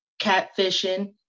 catfishing